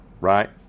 right